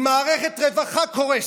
ועם מערכת רווחה קורסת,